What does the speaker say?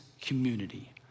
community